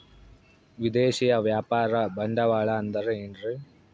ವಿದೇಶಿಯ ವ್ಯಾಪಾರ ಬಂಡವಾಳ ಅಂದರೆ ಏನ್ರಿ?